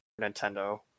Nintendo